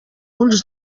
ulls